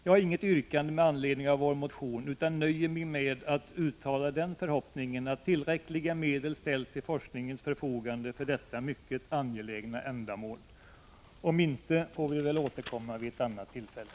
Jag har inget yrkande med anledning av vår motion utan nöjer mig med att uttala den förhoppningen att tillräckliga medel ställs till forskningens förfogande för detta mycket angelägna ändamål. Om inte får vi väl återkomma vid ett annat tillfälle.